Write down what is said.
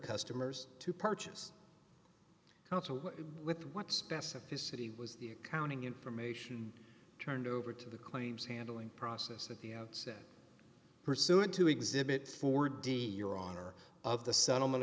customers to purchase council with what specificity was the accounting information turned over to the claims handling process at the outset pursuant to exhibit four d your honor of the settlement